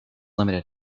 limited